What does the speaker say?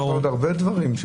יש עוד הרבה דברים,